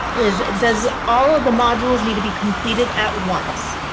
is does all of the modules need to be completed at once?